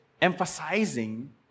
emphasizing